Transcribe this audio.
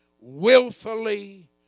willfully